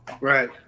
Right